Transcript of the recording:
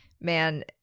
man